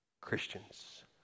Christians